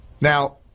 Now